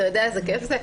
אתה יודע איזה כיף זה?